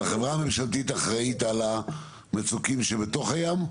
החברה הממשלתית אחראית על המצוקים שבתוך הים?